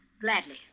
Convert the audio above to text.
Gladly